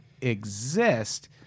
exist